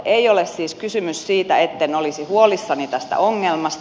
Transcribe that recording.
ei ole siis kysymys siitä etten olisi huolissani tästä ongelmasta